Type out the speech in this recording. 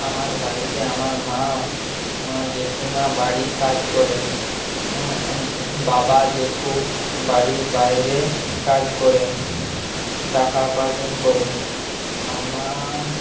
আমার বাড়িতে আমার মা জেঠিমা বাড়ির কাজ করে বাবা জেঠু বাড়ির বাইরে কাজ করে টাকা উপার্জন করে আমার